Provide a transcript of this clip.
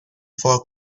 for